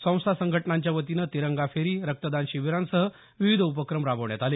संस्था संघटनांच्या वतीनं तिरंगा फेरी रक्तदान शिबीरसह विविध उपक्रम राबवण्यात आले